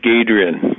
Adrian